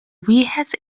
wieħed